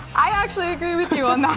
i actually agree with you on that